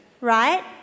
right